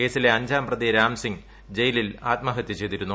കേസിലെ അഞ്ചാം പ്രതി രാം സിങ്ങ് ജയിലിൽ ആത്മഹത്യ് ചെയ്തിരുന്നു